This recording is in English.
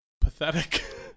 pathetic